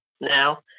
now